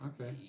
okay